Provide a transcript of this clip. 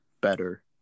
better